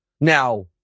Now